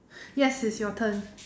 yes it's your turn